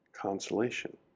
consolation